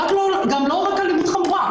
לא רק אלימות חמורה.